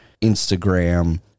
Instagram